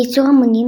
בייצור המוני,